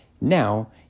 Now